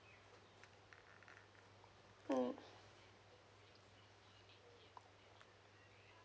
mm